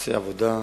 שעושה עבודה.